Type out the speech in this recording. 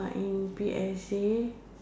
uh in P_S_A